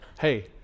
hey